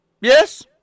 Yes